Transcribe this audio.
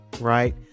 right